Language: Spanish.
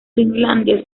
finlandia